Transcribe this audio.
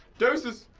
deuces,